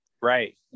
right